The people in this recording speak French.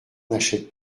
n’achètent